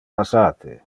passate